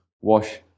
Wash